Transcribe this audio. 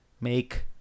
Make